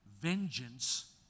vengeance